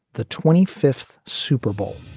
the twenty fifth super bowl